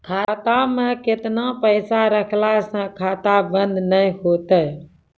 खाता मे केतना पैसा रखला से खाता बंद नैय होय तै?